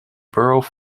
borough